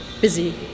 busy